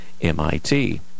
MIT